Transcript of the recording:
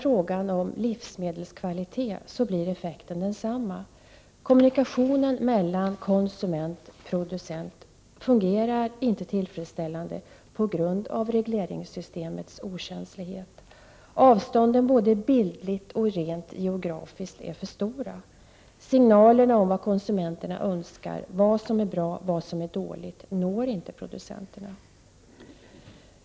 4 april 1989 Kommunikationen mellan konsument och producent fungerar inte tillfredsställande, på grund av regleringssystemets okänslighet. Avstånden både bildligt och rent geografiskt är för stora. Signalerna om vad konsumenterna Önskar, vad som är bra, vad som är dåligt, når inte producenterna.